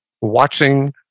watching